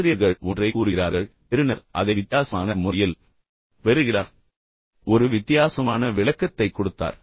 ஆசிரியர்கள் ஒன்றை கூறுகிறார்கள் பெறுநர் அதை வித்தியாசமான முறையில் பெறுகிறார் மேலும் ஒரு வித்தியாசமான விளக்கத்தைக் கொடுத்தார்